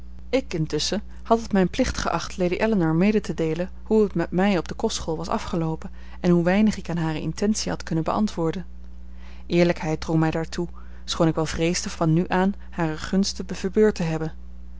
intusschen had het mijn plicht geacht lady ellinor mede te deelen hoe het met mij op de kostschool was afgeloopen en hoe weinig ik aan hare intentiën had kunnen beantwoorden eerlijkheid drong mij daartoe schoon ik wel vreesde van nu aan hare gunst verbeurd te hebben